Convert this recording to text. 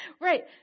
Right